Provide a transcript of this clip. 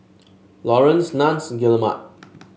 Laurence Nunns Guillemard